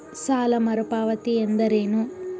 ಸಾಲ ಮರುಪಾವತಿ ಎಂದರೇನು?